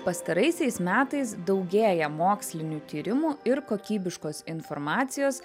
pastaraisiais metais daugėja mokslinių tyrimų ir kokybiškos informacijos